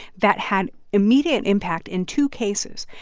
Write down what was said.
that had immediate impact in two cases.